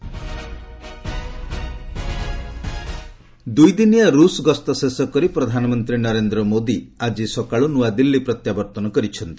PM back home ଦୁଇ ଦିନିଆ ରୁଷ ଗସ୍ତ ଶେଷ କରି ପ୍ରଧାନମନ୍ତ୍ରୀ ନରେନ୍ଦ୍ର ମୋଦି ଆଜି ସକାଳୁ ନୂଆଦିଲ୍ଲୀ ପ୍ରତ୍ୟାବର୍ତ୍ତନ କରିଛନ୍ତି